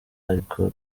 ariko